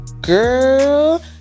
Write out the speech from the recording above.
Girl